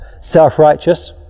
self-righteous